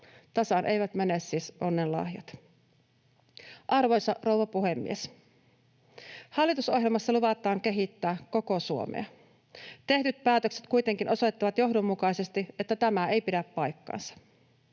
Tasan eivät siis mene onnen lahjat. Arvoisa rouva puhemies! Hallitusohjelmassa luvataan kehittää koko Suomea. Tehdyt päätökset kuitenkin osoittavat johdonmukaisesti, että tämä ei pidä paikkaansa.